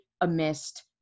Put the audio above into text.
amidst